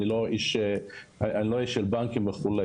אני לא איש של בנקים וכו'.